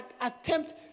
attempt